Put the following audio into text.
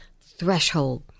threshold